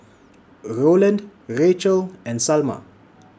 Roland Racheal and Salma